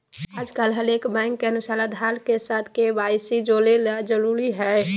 आजकल हरेक बैंक के अनुसार आधार के साथ के.वाई.सी जोड़े ल जरूरी हय